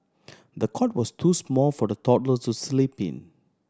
the cot was too small for the toddler to sleep in